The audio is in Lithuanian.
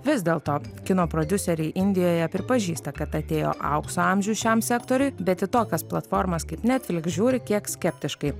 vis dėlto kino prodiuseriai indijoje pripažįsta kad atėjo aukso amžius šiam sektoriui bet į tokias platformas kaip netfliks žiūri kiek skeptiškai